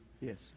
Yes